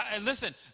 Listen